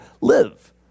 live